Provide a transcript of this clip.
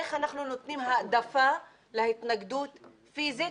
איך אנחנו נותנים העדפה להתנגדות פיסית,